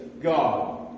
God